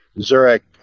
Zurich